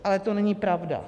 Ale to není pravda.